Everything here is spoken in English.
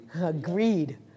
Agreed